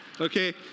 Okay